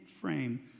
frame